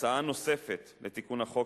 הצעה נוספת לתיקון החוק,